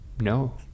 No